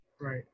right